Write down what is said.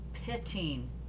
pitting